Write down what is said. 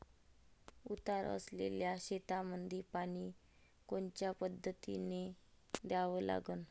उतार असलेल्या शेतामंदी पानी कोनच्या पद्धतीने द्या लागन?